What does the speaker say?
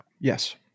Yes